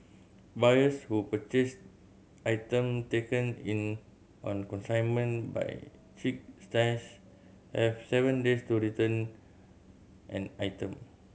buyers who purchase item taken in on consignment by Chic Stash have seven days to return an item